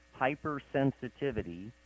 hypersensitivity